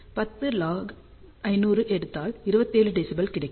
10 log 500 எடுத்தால் 27 dBi கிடைக்கும்